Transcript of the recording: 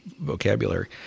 vocabulary